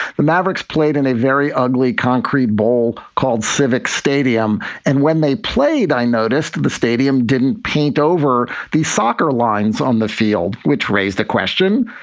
the mavericks played in a very ugly concrete ball called civic stadium. and when they played, i noticed the stadium didn't paint over these soccer lines on the field, which raised the question,